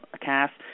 cast